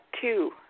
two